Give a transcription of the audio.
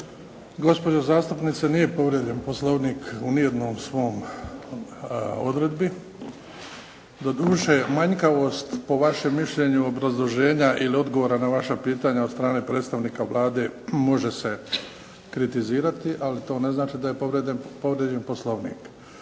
Gospođo zastupnice nije povrijeđen Poslovnik u ni jednoj svojoj odredbi, do duše manjkavost po vašem mišljenju, obrazloženja ili odgovora na vaše pitanje od strane predstavnika vlade može se kritizirati, ali to ne znači da je povrijeđen Poslovnik.